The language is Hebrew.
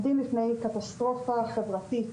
אנחנו עומדים לפני קטסטרופה חברתית,